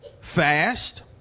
fast